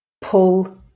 Pull